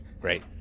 Great